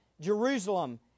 Jerusalem